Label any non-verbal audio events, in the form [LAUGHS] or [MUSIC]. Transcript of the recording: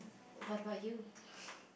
what about you [LAUGHS]